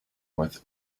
with